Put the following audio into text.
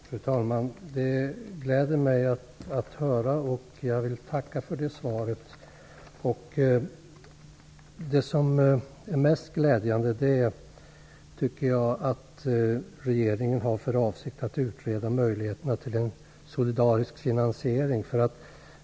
Fru talman! Det gläder mig att höra. Jag vill tacka för det svaret. Det som är mest glädjande är att regeringen har för avsikt att utreda möjligheterna till en solidarisk finansiering.